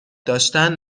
داشتن